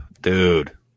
Dude